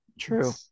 True